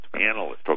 Analysts